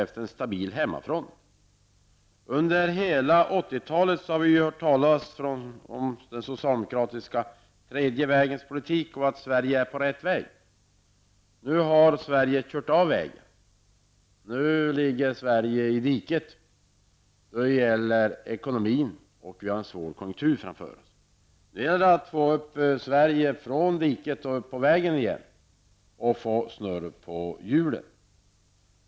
Vi har under hela 80-talet hört talas om den socialdemokratiska tredje vägens politik och att Sverige är på rätt väg. Nu har Sverige kört av vägen och ligger i diket när det gäller ekonomin, och vi har en svår konjunktur framför oss. Nu gäller det att få Sverige upp ur diket och på vägen igen och få snurr på hjulen.